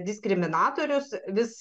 diskriminatorius vis